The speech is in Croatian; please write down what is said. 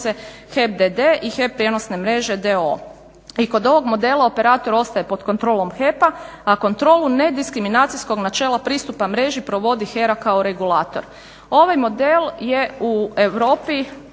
HEP d.d. i HEP prijenosne mreže d.o.o. I kod ovog modela operator ostaje pod kontrolom HEP-a a kontrolu nediskriminacijskog načela pristupa mreži provodi HERA kao regulator. Ovaj model je u Europi